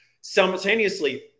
Simultaneously